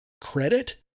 credit